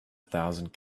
thousand